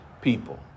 people